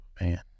Man